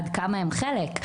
עד כמה הן חלק,